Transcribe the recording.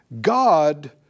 God